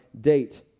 date